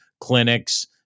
clinics